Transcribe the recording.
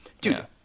Dude